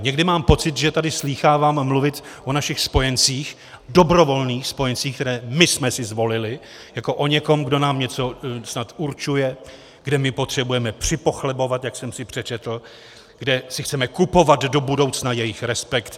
Někdy mám pocit, že tady slýchávám mluvit o našich spojencích, dobrovolných spojencích, které my jsme si zvolili, jako o někom, kdo nám snad něco určuje, kde my potřebujeme připochlebovat, jak jsem si přečetl, kde si chceme kupovat do budoucna jejich respekt.